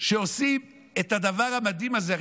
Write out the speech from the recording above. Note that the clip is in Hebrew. שעושות את הדבר המדהים הזה.